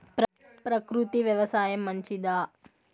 ప్రకృతి వ్యవసాయం మంచిదా?